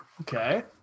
Okay